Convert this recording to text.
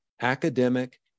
academic